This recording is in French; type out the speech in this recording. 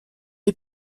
est